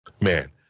man